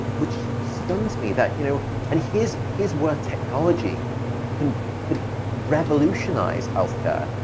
which stuns me that, you know. and here's his work technology could could revolutionize healthcare.